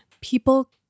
people